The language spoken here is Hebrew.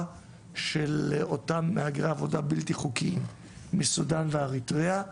של אותם מהגרי עבודה בלתי חוקיים מסודן ואריתריאה,